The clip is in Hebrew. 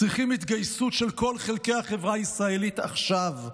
צריכים התגייסות של כל חלקי החברה הישראלית עכשיו,